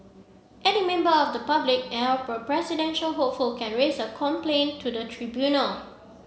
any member of the public a presidential hopeful can raise a complaint to the tribunal